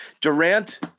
Durant